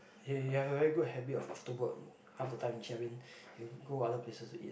you you have a very good habit of after work half the time you go other places to eat